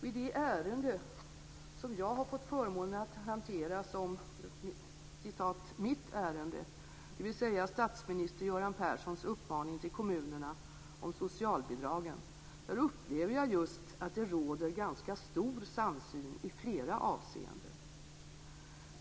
I det ärende som jag har fått förmånen att hantera som "mitt" ärende, dvs. statsminister Göran Perssons uppmaning till kommunerna om socialbidragen, upplever jag just att det råder ganska stor samsyn i flera avseenden.